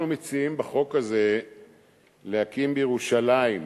אנחנו מציעים בחוק הזה להקים בירושלים,